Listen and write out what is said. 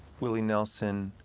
willie nelson.